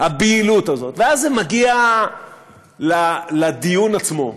הבהילות הזאת, ואז זה מגיע לדיון עצמו,